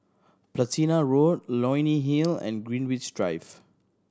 Platina Road Leonie Hill and Greenwich Drive